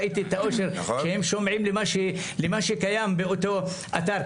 ראיתי את האושר שהם שומעים למה שקיים באותו אתר.